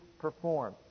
perform